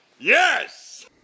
Yes